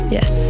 Yes